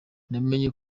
namenye